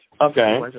okay